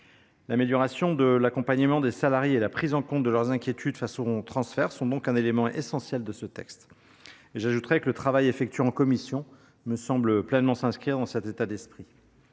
L’amélioration de l’accompagnement des salariés et la prise en compte de leurs inquiétudes face au transfert sont donc un élément essentiel de ce texte. J’ajoute que le travail effectué en commission me semble pleinement s’inscrire dans cet état d’esprit.